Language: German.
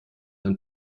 ein